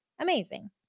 Amazing